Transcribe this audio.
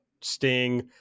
Sting